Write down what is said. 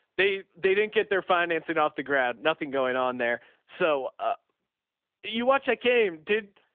they, they didn't get their financing off the ground, nothing going on there. so ah you watch that game. did,